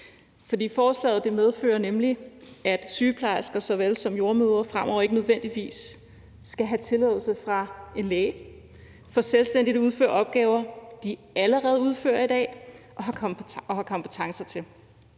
Forslaget medfører nemlig, at sygeplejersker såvel som jordemødre fremover ikke nødvendigvis skal have tilladelse fra en læge for selvstændigt at udføre opgaver, de allerede udfører i dag og har kompetencer til.